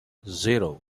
zero